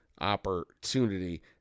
opportunity